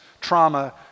trauma